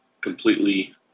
Completely